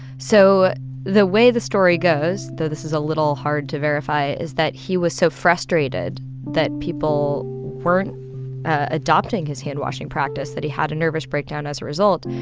so the way the story goes though this is a little hard to verify is that he was so frustrated frustrated that people weren't adopting his handwashing practice that he had a nervous breakdown as a result.